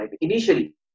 Initially